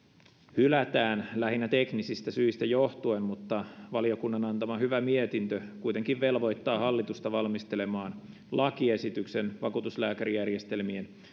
hylätään lähinnä teknisistä syistä johtuen mutta valiokunnan antama hyvä mietintö kuitenkin velvoittaa hallitusta valmistelemaan lakiesityksen vakuutuslääkärijärjestelmän